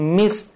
miss